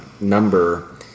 number